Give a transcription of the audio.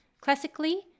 Classically